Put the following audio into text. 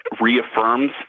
reaffirms